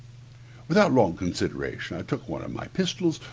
without long consideration i took one of my pistols,